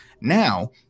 Now